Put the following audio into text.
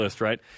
right